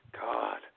God